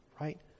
right